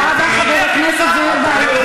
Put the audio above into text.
תודה רבה, חבר הכנסת זוהיר בהלול.